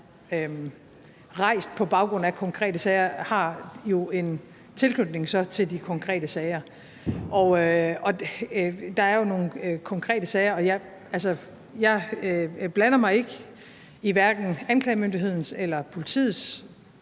rejst på baggrund af konkrete sager, har jo så en tilknytning til de konkrete sager; der er jo nogle konkrete sager. Og jeg blander mig ikke i hverken anklagemyndighedens eller politiets